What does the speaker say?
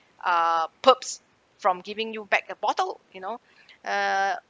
ah perps from giving you back a bottle you know uh